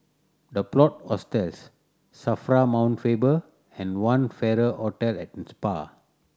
The Plot Hostels SAFRA Mount Faber and One Farrer Hotel and Spa